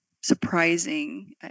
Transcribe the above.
surprising